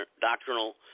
doctrinal